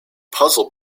puzzle